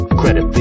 credit